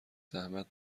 زحمت